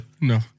No